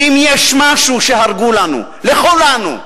שאם יש משהו שהם הרגו לנו, לכולנו,